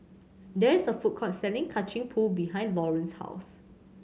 there is a food court selling Kacang Pool behind Laurance's house